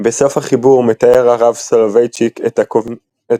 בסוף החיבור מתאר הרב סולובייצ'יק את